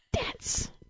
Dance